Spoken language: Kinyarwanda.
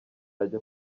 ajya